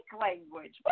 language